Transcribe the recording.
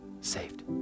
saved